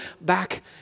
back